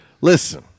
listen